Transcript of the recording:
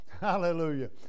Hallelujah